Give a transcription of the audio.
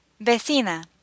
Vecina